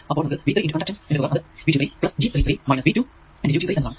അപ്പോൾ നമുക്ക് V 3 conductance ന്റെ തുക അത് V 2 3 G 3 3 V 2 × G 2 3 എന്നതാണ്